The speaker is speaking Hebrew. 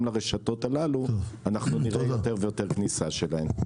לרשתות הללו אנחנו נראה יותר ויותר כניסה שלהם.